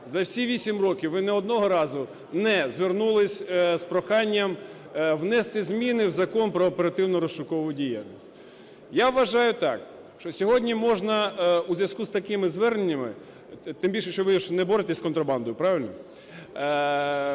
за всі 8 років ви не одного разу не звернулись з проханням внести зміни в Закон "Про оперативно-розшукову діяльність". Я вважаю так, що сьогодні можна у зв'язку з такими зверненнями, тим більше, що ви ж не боретесь з контрабандою - правильно?